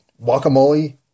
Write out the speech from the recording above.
guacamole